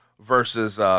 versus